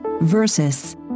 versus